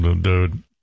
dude